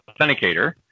authenticator